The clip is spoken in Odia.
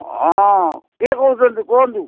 ହଁ କିଏ କହୁଛନ୍ତି କୁହନ୍ତୁ